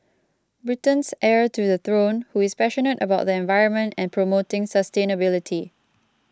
Britain's heir to the throne who is passionate about the environment and promoting sustainability